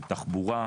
בתחבורה,